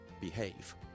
behave